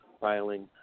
filing